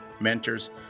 mentors